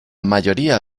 mayoría